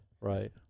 Right